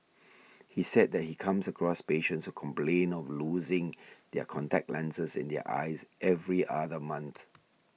he said that he comes across patients complain of losing their contact lenses in their eyes every other month